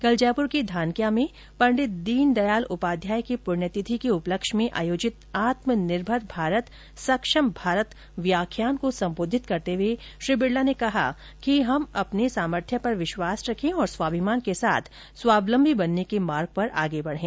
कल जयपुर के धानक्या में पंडित दीनदयाल उपाध्याय की प्रण्यतिथि के उपलक्ष्य में आयोजित आत्मनिर्भर भारत सक्षम भारत व्याख्यान को संबोधित करते हुए श्री बिड़ला ने कहा कि हम अपने सामर्थ्य पर विश्वास रखें और स्वाभिमान के साथ स्वावलंबी बनने के मार्ग पर आगे बढ़ें